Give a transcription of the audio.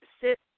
sit